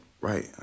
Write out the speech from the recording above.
right